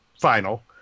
final